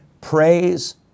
praise